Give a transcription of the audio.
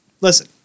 listen